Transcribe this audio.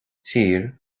tír